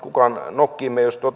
nokkiimme jos